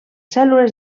cèl·lules